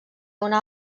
una